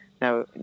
now